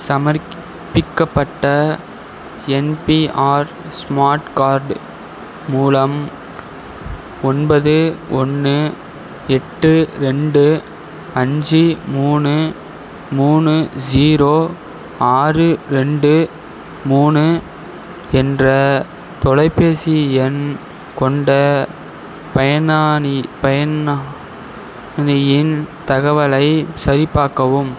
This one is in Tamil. சமர்ப்பிக்கப்பட்ட என்பிஆர் ஸ்மார்ட் கார்டு மூலம் ஒன்பது ஒன்று எட்டு ரெண்டு அஞ்சு மூணு மூணு ஜீரோ ஆறு ரெண்டு மூணு என்ற தொலைபேசி எண் கொண்ட பயனானி பயனாளியின் தகவலைச் சரிபார்க்கவும்